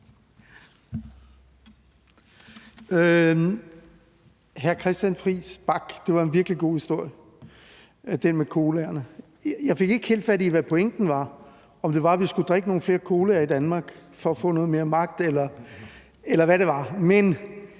den historie med colaerne var en virkelig god historie. Jeg fik ikke helt fat i, hvad pointen var, altså om det var, at vi skulle drikke nogle flere colaer i Danmark for at få noget mere magt, eller hvad det var. Men